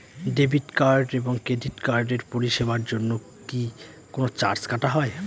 Debit card এবং credit কার্ডের পরিষেবার জন্য কি কোন চার্জ কাটা হয়?